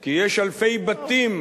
כי יש אלפי בתים